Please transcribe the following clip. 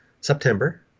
September